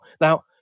Now